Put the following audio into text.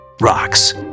rocks